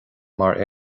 mar